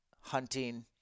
hunting